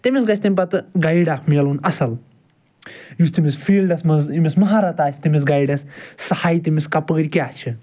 تٔمِس گَژھِ تَمہِ پَتہٕ گایڈ اکھ مِلُن یُس تٔمِس فیٖلڈَس مَنٛز ییٚمِس مَہارت آسہِ تٔمِس گایڈَس سُہ ہایہِ تٔمِس کَپٲرۍ کیاہ چھِ